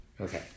Okay